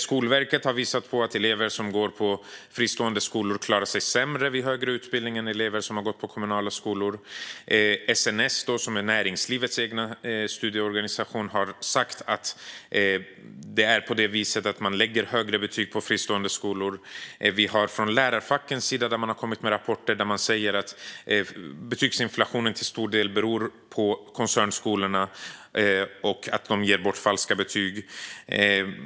Skolverket har visat att elever som går på fristående skolor klarar sig sämre vid högre utbildning än elever som har gått på kommunala skolor. SNS, näringslivets egen studieorganisation, har sagt att fristående skolor sätter högre betyg. Lärarfacken har lagt fram rapporter där det framgår att betygsinflationen till stor del beror på att koncernskolorna sätter falska betyg.